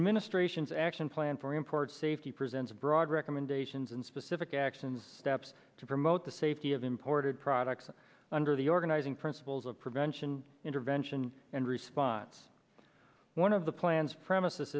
administration's action plan for import safety presented broad recommendations and specific actions steps to promote the safety of imported products under the organizing principles of prevention intervention and response one of the plans promise